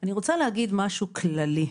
אני רוצה להגיד משהו כללי.